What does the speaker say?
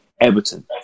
Everton